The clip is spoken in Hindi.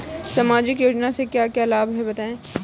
सामाजिक योजना से क्या क्या लाभ हैं बताएँ?